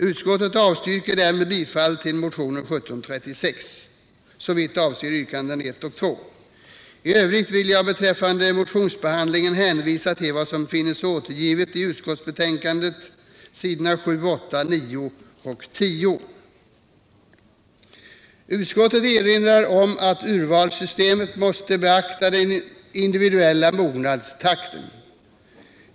Utskottet avstyrker därmed bifall till motionen 1736, såvitt avser yrkandena 1 och 2. I övrigt vill jag beträffande motionsbehandlingen hänvisa till vad som finns återgivet i utskottetsbetänkandet på s. 7, 8, 9 och 10. Utskottet erinrar om att urvalssystemet måste beakta den individuella mognadstakten.